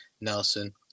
Nelson